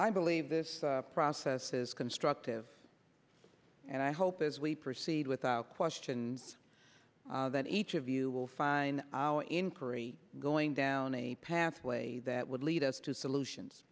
i believe this process is constructive and i hope as we proceed without question that each of you will find our inquiry going down a pathway that would lead us to solutions